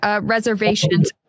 reservations